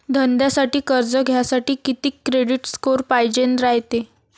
धंद्यासाठी कर्ज घ्यासाठी कितीक क्रेडिट स्कोर पायजेन रायते?